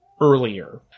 earlier